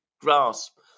grasp